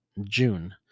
June